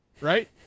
Right